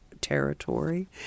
territory